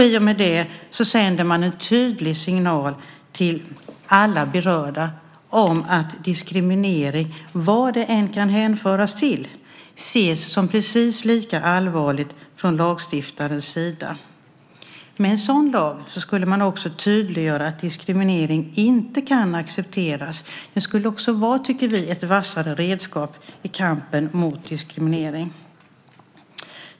I och med det sänder man en tydlig signal till alla berörda att diskriminering, vad den än kan hänföras till, ses som precis lika allvarlig från lagstiftarens sida. Med en sådan lag skulle man också tydliggöra att diskriminering inte kan accepteras. Det skulle också vara, tycker vi, ett vassare redskap i kampen mot diskriminering.